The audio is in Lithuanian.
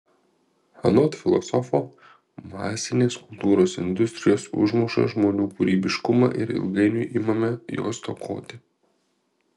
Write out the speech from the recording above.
anot filosofo masinės kultūros industrijos užmuša žmonių kūrybiškumą ir ilgainiui imame jo stokoti